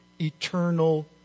eternal